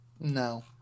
No